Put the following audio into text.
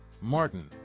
Martin